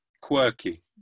quirky